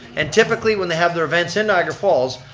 and typically when they have their events in niagara falls,